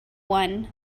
one